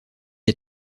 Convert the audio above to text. est